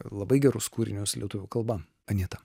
labai gerus kūrinius lietuvių kalba anita